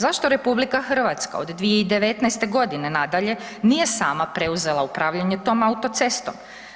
Zašto RH od 2019. g. nadalje nije sama preuzela upravljanje tom autocestom?